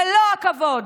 מלוא הכבוד.